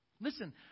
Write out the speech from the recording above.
Listen